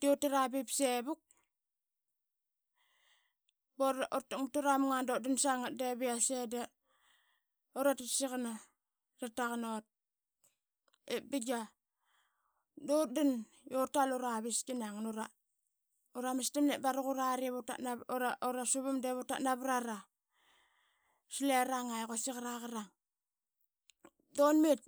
de utit a basivuk, bura takmat tura munga dut dan sangat bevi yase da ura tiksiqana ta taqan ut ip bingia dutdan i urtal ura vistkina ngan ura mastamna baraq urare ivautatnavat ura ura savamda ip utatnavrara sliranga i quasik ara ngarang. Dun mit.